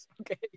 okay